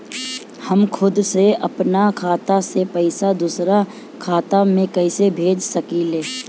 हम खुद से अपना खाता से पइसा दूसरा खाता में कइसे भेज सकी ले?